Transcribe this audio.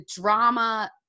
drama